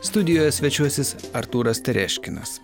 studijoje svečiuosis artūras tereškinas